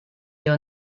wir